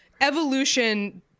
evolution